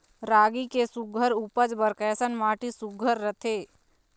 रागी के सुघ्घर उपज बर कैसन माटी सुघ्घर रथे?